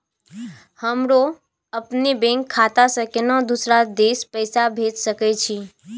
हमरो अपने बैंक खाता से केना दुसरा देश पैसा भेज सके छी?